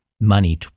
money